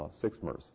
six-mers